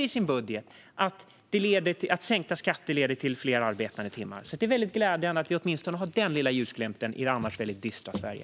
i sin budget erkänner att sänkta skatter leder till fler arbetade timmar. Det är väldigt glädjande att vi åtminstone har den lilla ljusglimten i det annars väldigt dystra Sverige.